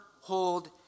hold